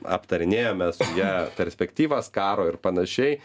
aptarinėjome su ja perspektyvas karo ir panašiai